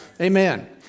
Amen